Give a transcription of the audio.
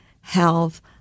health